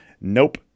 Nope